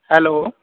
hello